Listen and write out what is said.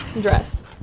dress